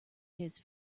his